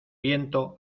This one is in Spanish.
viento